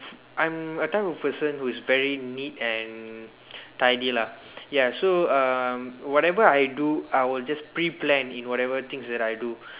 I'm a type of person who is very neat and tidy lah ya so uh whatever I do I will just pre plan in whatever things that I do